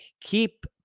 keep